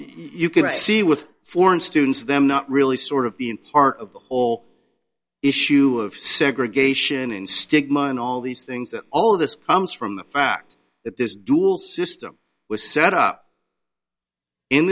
you can see with foreign students them not really sort of being part of the whole issue of segregation and stigma and all these things that all of this comes from the fact that this dual system was set up in